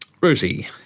Rosie